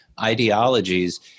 ideologies